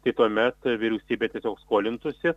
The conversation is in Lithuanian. tai tuomet vyriausybė tiesiog skolintųsi